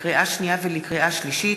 לקריאה שנייה ולקריאה שלישית: